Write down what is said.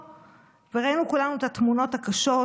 ביום שישי האחרון, וראינו כולנו את התמונות הקשות,